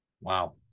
Wow